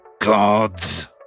gods